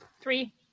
three